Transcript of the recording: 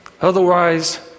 Otherwise